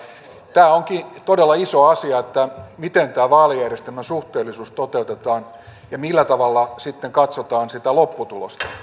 tämä onkin todella iso asia miten tämän vaalijärjestelmän suhteellisuus toteutetaan ja millä tavalla sitten katsotaan sitä lopputulosta